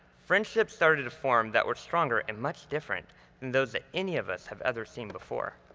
friendships started to form that were stronger and much different than those that any of us had ever seen before.